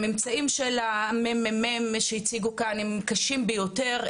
הממצאים של הממ"מ שהציגו כאן הם קשים ביותר,